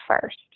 first